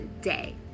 day